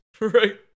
right